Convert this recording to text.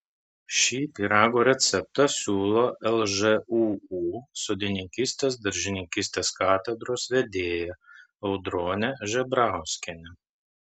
šį pyrago receptą siūlo lžūu sodininkystės daržininkystės katedros vedėja audronė žebrauskienė